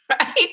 right